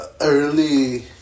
early